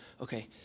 Okay